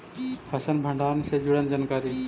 फसल भंडारन से जुड़ल जानकारी?